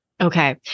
Okay